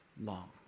long